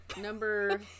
Number